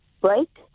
break